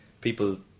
people